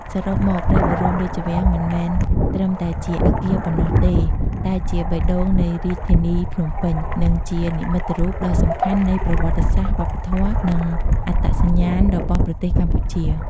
សរុបមក ព្រះបរមរាជវាំងមិនមែនត្រឹមតែជាអគារប៉ុណ្ណោះទេ តែជាបេះដូងនៃរាជធានីភ្នំពេញ និងជានិមិត្តរូបដ៏សំខាន់នៃប្រវត្តិសាស្ត្រ វប្បធម៌ និងអត្តសញ្ញាណរបស់ប្រទេសកម្ពុជា។